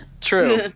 True